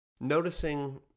Noticing